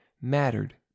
mattered